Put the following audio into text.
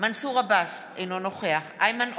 מנסור עבאס, אינו נוכח איימן עודה,